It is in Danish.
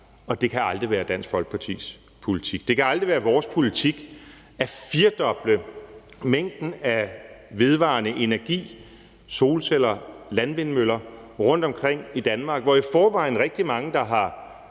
og det kan aldrig være Dansk Folkepartis politik. Det kan aldrig være vores politik at firedoble mængden af vedvarende energi, solceller, landvindmøller, rundtomkring i Danmark, hvor i forvejen rigtig mange, der har